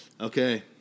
Okay